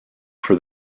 for